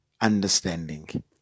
understanding